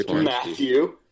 Matthew